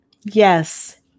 yes